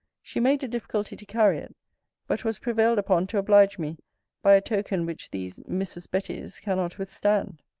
she made a difficulty to carry it but was prevailed upon to oblige me by a token which these mrs. betty's cannot withstand.